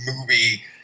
movie